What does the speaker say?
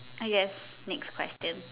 I guess next question